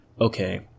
Okay